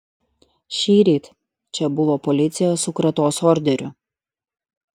šįryt čia buvo policija su kratos orderiu